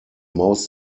most